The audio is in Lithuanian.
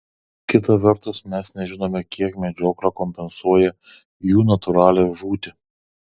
kita vertus mes nežinome kiek medžioklė kompensuoja jų natūralią žūtį